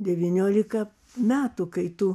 devyniolika metų kai tu